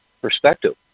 perspective